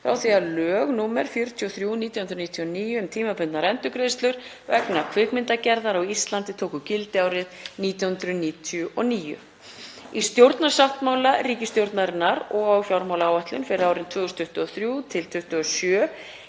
frá því að lög nr. 43/1999, um tímabundnar endurgreiðslur vegna kvikmyndagerðar á Íslandi, tóku gildi árið 1999. Í stjórnarsáttmála ríkisstjórnarinnar og fjármálaáætlun fyrir árin 2023–2027